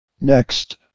next